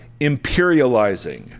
imperializing